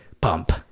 pump